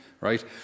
right